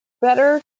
better